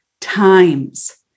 times